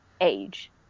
age